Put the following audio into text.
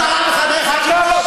תן לי רגע.